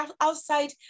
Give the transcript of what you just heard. outside